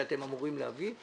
שאתם אמורים להביא.